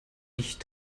nicht